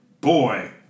boy